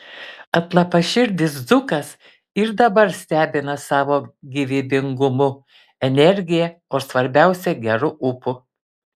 atlapaširdis dzūkas ir dabar stebina savo gyvybingumu energija o svarbiausia geru ūpu